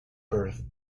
birth